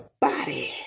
body